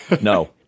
No